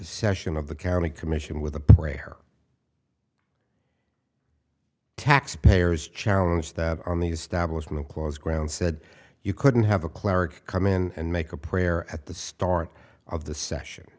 session of the county commission with the breyer taxpayers challenge that on the establishment clause ground said you couldn't have a cleric come in and make a prayer at the start of the session